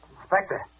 Inspector